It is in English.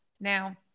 Now